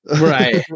Right